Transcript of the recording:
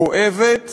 כואבת